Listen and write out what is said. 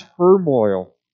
turmoil